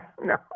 No